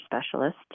specialist